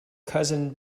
cousin